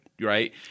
Right